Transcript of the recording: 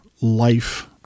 life